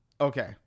Okay